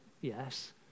yes